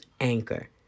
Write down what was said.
Anchor